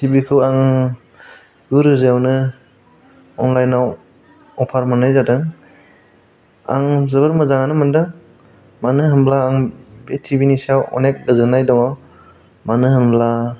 TV खौ आं गु रोजायावनो अनलाइनाव अफार मोननाय जादों आं जोबोद मोजाङानो मोनदों मानो होनोब्ला आं बे टिभि नि सायाव अनेख गोजोननाय दं मानो होनोब्ला